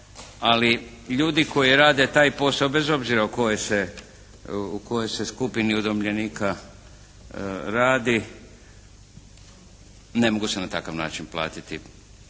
Ali ljudi koji rade taj posao bez obzira o kojoj se skupini udomljenika radi ne mogu se na takav način platiti.